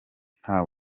nta